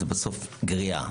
אז זה בסוף גריעה.